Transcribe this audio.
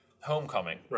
Homecoming